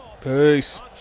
peace